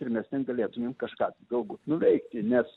ir mes ten galėtumėm kažką galbūt nuveikti nes